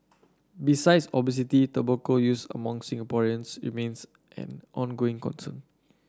besides obesity tobacco use among Singaporeans remains an ongoing concern